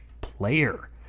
player